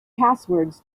passwords